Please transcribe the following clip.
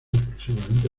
exclusivamente